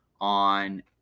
on